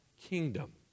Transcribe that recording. kingdom